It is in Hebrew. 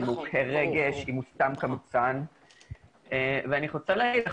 אם הוא סתם קמצן או ---.